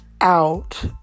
out